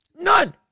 None